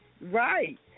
Right